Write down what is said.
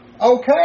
Okay